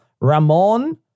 Ramon